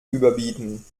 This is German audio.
überbieten